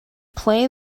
play